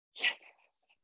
yes